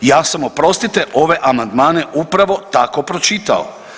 Ja sam, oprostite, ove amandmane upravo tako pročitao.